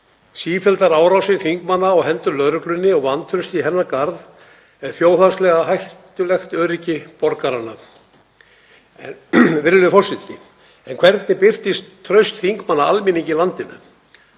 Sífelldar árásir þingmanna á hendur lögreglunni og vantraust í hennar garð er þjóðhagslega hættulegt öryggi borgaranna. Virðulegi forseti. En hvernig birtist traust þingmanna almenningi í landinu?